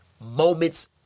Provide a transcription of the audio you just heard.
moments